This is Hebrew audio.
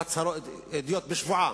עדויות בשבועה.